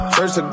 First